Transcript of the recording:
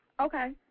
Okay